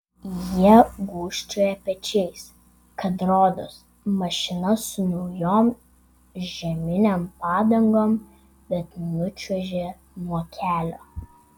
jie gūžčioja pečiais kad rodos mašina su naujom žieminėm padangom bet nučiuožė nuo kelio